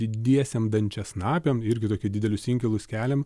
didiesiem dančiasnapiam irgi tokie didelius inkilus keliam